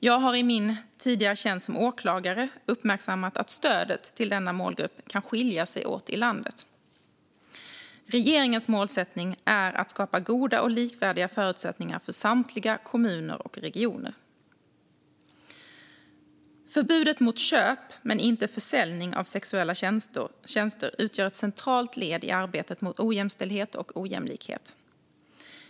Jag har i min tidigare tjänst som åklagare uppmärksammat att stödet till denna målgrupp kan skilja sig åt i landet. Regeringens målsättning är att skapa goda och likvärda förutsättningar för samtliga kommuner och regioner. Förbudet mot köp, men inte försäljning, av sexuella tjänster utgör ett centralt led i arbetet mot ojämställdhet och ojämlikhet.